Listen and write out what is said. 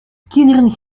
kinderen